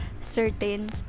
certain